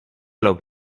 loopt